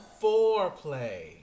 Foreplay